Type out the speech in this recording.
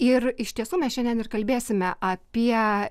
ir iš tiesų mes šiandien ir kalbėsime apie